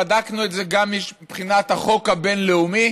בדקנו את זה גם מבחינת החוק הבין-לאומי